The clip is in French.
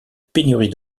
pénurie